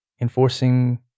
enforcing